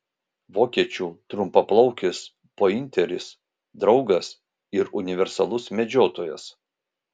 vokiečių trumpaplaukis pointeris draugas ir universalus medžiotojas